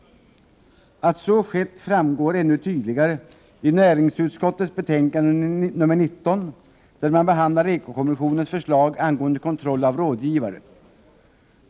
Att så skett framgår ännu tydligare i näringsutskottets betänkande nr 19, i vilket man behandlar Eko-kommissionens förslag angående kontroll av rådgivare.